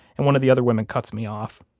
and one of the other women cuts me off.